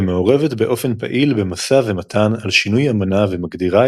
ומעורבת באופן פעיל במשא ומתן על שינויי אמנה ומגדירה